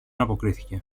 αποκρίθηκε